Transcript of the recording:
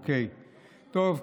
אוקיי, טוב.